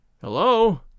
Hello